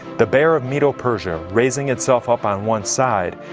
the bear of medo-persia, raising itself up on one side,